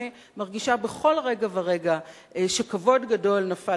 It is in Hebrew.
אני מרגישה בכל רגע ורגע שכבוד גדול נפל